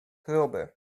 próby